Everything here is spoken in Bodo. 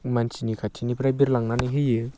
मानसिनि खाथिनिफ्राय बिरलांनानै होयो